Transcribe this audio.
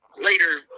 Later